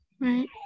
Right